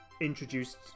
introduced